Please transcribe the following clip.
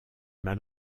mal